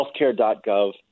healthcare.gov